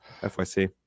Fyc